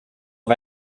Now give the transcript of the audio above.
nur